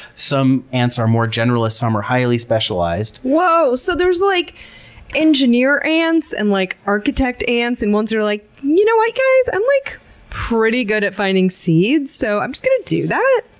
some ants are more generalist, some are highly specialized. whoa! so there's like engineer ants and like architect ants and ones that are like, you know what guys? i'm like pretty good at finding seeds, so i'm just going to do that?